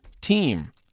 team